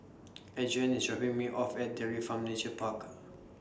Adrienne IS dropping Me off At Dairy Farm Nature Park